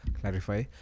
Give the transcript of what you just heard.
clarify